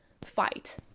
fight